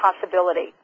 possibility